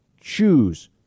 choose